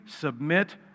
submit